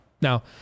Now